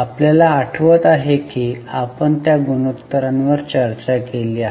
आपल्याला आठवत आहे की आपण त्या गुणोत्तरांवर चर्चा केली आहे